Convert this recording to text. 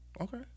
Okay